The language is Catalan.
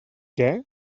què